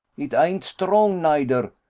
it ain't strong, neider.